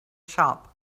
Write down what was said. shop